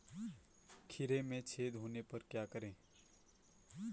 खीरे में छेद होने पर क्या करें?